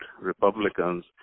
Republicans